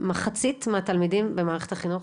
מחצית מהתלמידים במערכת החינוך,